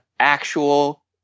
actual